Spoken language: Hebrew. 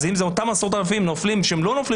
אז אם אותם עשרות אלפים לא נופלים בבוסטר,